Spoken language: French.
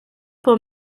pour